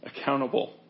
accountable